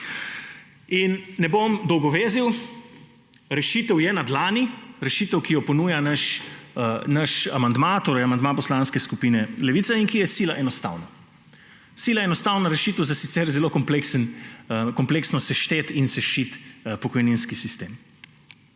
Ne bom dolgovezil, rešitev je na dlani. Rešitev, ki jo ponuja naš amandma, torej amandma Poslanske skupine Levica, in ki je sila enostavna. Sila enostavna rešitev za sicer zelo kompleksno seštet in sešit pokojninski sistem.